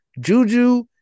Juju